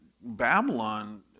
Babylon